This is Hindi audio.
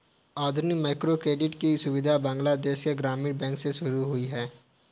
आधुनिक माइक्रोक्रेडिट की सुविधा बांग्लादेश के ग्रामीण बैंक से शुरू हुई है